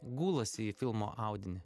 gulasi į filmo audinį